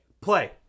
play